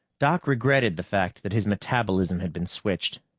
doc regretted the fact that his metabolism had been switched.